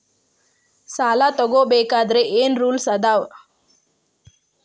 ಸಾಲ ತಗೋ ಬೇಕಾದ್ರೆ ಏನ್ ರೂಲ್ಸ್ ಅದಾವ?